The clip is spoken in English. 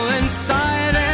inside